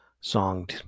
song